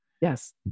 Yes